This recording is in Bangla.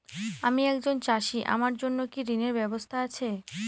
আমি একজন চাষী আমার জন্য কি ঋণের ব্যবস্থা আছে?